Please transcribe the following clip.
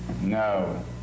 No